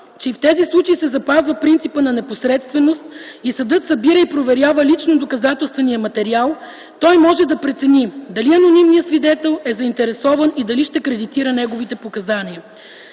че и в тези случаи се запазва принципът на непосредственост и съдът събира и проверява лично доказателствения материал, той може да прецени дали анонимният свидетел е заинтересован и дали ще кредитира неговите показания.